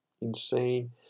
insane